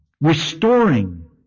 restoring